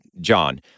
John